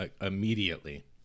immediately